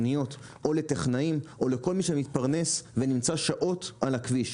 נהגי המוניות או לכל מי שמתפרנס ונמצא שעות על הכביש.